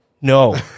No